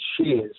shares